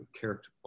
character